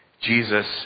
Jesus